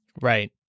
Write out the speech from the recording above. right